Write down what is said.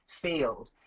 field